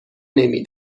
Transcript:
نمی